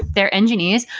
they're engineers.